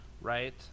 right